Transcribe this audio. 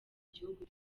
gihugu